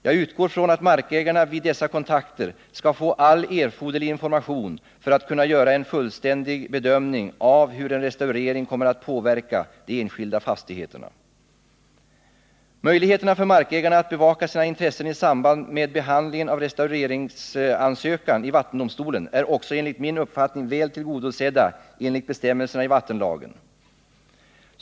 Jag utgår från att markägarna vid dessa kontakter skall:få all erforderlig information för att kunna göra en fullständig bedömning av hur en restaurering kommer att påverka de enskilda fastigheterna. Möjligheterna för markägarna att bevaka sina intressen i samband med behandlingen av restaureringsansökan i vattendomstolen är också enligt min uppfattning väl tillgodosedda enligt bestämmelserna i vattenlagen.